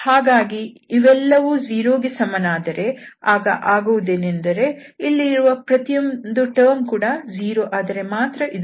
ಹಾಗಾಗಿ ಇವೆಲ್ಲವೂ 0 ಗೆ ಸಮನಾದರೆ ಆಗ ಆಗುವುದೇನೆಂದರೆ ಇಲ್ಲಿರುವ ಪ್ರತಿಯೊಂದು ಟರ್ಮ್ ಕೂಡ 0 ಆದರೆ ಮಾತ್ರ ಇದು ಸಾಧ್ಯ